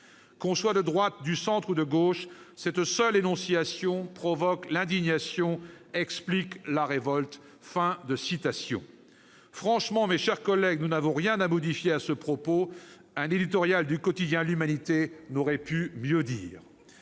Qu'on soit de droite, du centre ou de gauche, cette seule énonciation provoque l'indignation, explique la révolte. » Franchement, mes chers collègues, nous n'avons rien à modifier à ce propos ; un éditorial du quotidien n'aurait pu mieux dire